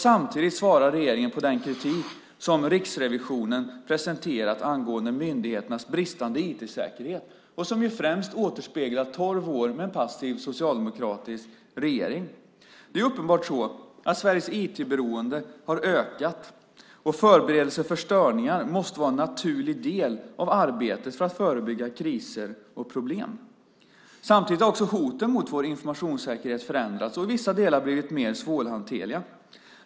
Samtidigt svarar regeringen på den kritik som Riksrevisionen presenterat angående myndigheternas bristande IT-säkerhet och som främst återspeglar tolv år med en passiv socialdemokratisk regering. Det är uppenbart att Sveriges IT-beroende har ökat. Förberedelser för störningar måste vara en naturlig del i arbetet för att förebygga kriser och problem. Samtidigt har också hoten mot vår informationssäkerhet förändrats och i vissa delar blivit mer svårhanterliga.